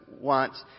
wants